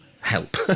help